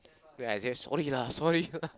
then I say sorry lah sorry